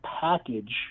package